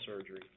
surgery